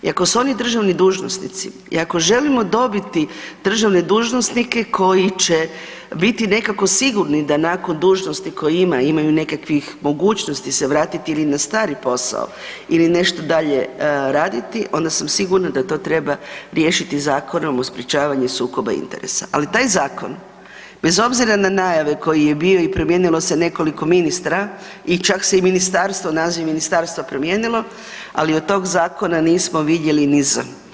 I ako su oni državni dužnosnici i ako želimo dobiti državne dužnosnike koji će biti nekako sigurni da nakon dužnosti koje ima, imaju nekakvih mogućnost se vratiti i na stari posao ili nešto dalje raditi, onda sam sigurna da to treba riješiti Zakonom o sprječavanju sukoba interesa, ali taj zakon bez obzira na najave koji je bio i promijenilo se nekoliko ministra i čak se ministarstvo, naziv ministarstva promijenilo, ali od tog zakona nismo vidjeli ni „z“